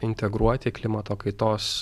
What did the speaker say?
integruoti klimato kaitos